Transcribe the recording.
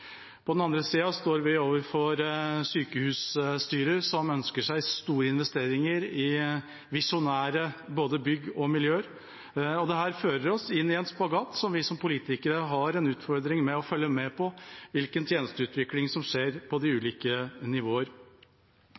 På den andre sida står vi overfor sykehusstyrer som ønsker seg store investeringer i visjonære bygg og miljøer. Dette fører oss inn i en spagat der vi som politikere har en utfordring med å følge med på hvilken tjenesteutvikling som skjer på de ulike nivåer.